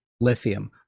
lithium